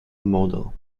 model